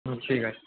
হুম ঠিক আছে